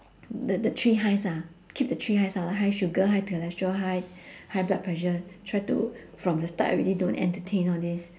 the the three highs ah keep the three highs ah high sugar high cholesterol high high blood pressure try to from the start already don't entertain all this